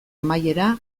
amaiera